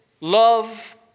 love